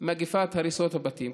מגפת הריסות הבתים.